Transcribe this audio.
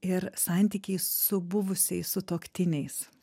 ir santykiai su buvusiais sutuoktiniais